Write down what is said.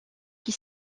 qui